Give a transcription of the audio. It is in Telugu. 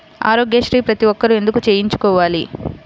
ఆరోగ్యశ్రీ ప్రతి ఒక్కరూ ఎందుకు చేయించుకోవాలి?